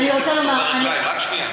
אני רוצה לומר, רק שנייה.